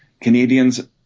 Canadians